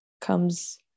comes